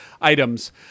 items